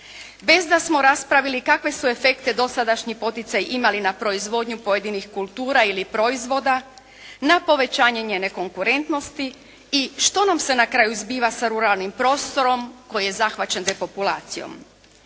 Bez da smo raspravili kakve su efekte dosadašnji poticaji imali na proizvodnju pojedinih kultura ili proizvoda na povećanje njene konkurentnosti. I što nam se na kraju zbiva sa ruralnim prostorom koji je zahvaćen depopulacijom.